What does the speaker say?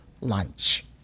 lunch